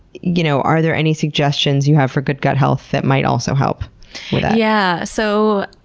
you know are there any suggestions you have for good gut health that might also help with that? yeah so